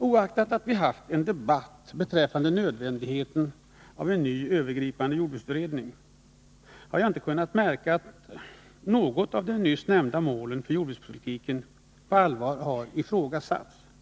Oaktat att vi har haft en debatt beträffande nödvändigheten av en ny övergripande jordbruksberedning har jag inte kunnat märka att något av de nyss nämnda målen för jordbrukspolitiken har ifrågasatts på allvar.